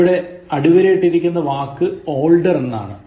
ഇവിടെ അടിവരയിട്ടിരിക്കുന്ന വാക്ക് older എന്നതാണ്